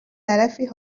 طرفی